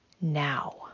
now